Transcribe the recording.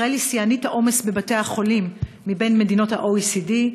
ישראל היא שיאנית העומס בבתי-החולים במדינות ה-OECD: